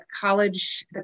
college